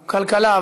כלכלה.